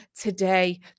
today